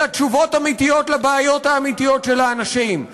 אלא תשובות אמיתיות על הבעיות האמיתיות של האנשים.